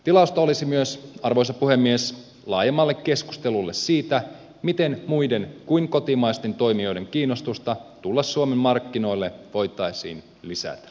tilausta olisi myös arvoisa puhemies laajemmalle keskustelulle siitä miten muiden kuin kotimaisten toimijoiden kiinnostusta tulla suomen markkinoille voitaisiin lisätä